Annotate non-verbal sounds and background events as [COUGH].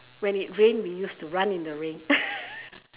when it rained we used to run in the rain [LAUGHS]